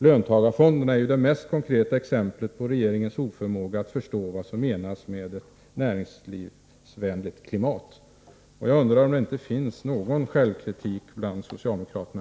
Löntagarfonderna är det mest konkreta exemplet på regeringens oförmåga att förstå vad som menas med ett näringslivsvänligt klimat. Jag undrar om det inte finns någon självkritik bland socialdemokraterna.